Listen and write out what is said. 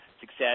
success